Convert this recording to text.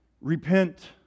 repent